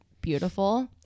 beautiful